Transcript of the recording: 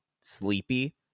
sleepy